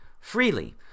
freely